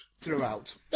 throughout